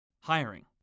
Hiring